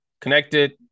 connected